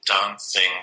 dancing